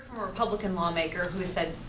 republican lawmaker.